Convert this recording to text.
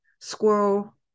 squirrel